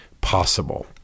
possible